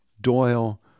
Doyle